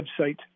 website